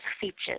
features